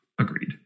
Agreed